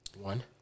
One